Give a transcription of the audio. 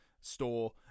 store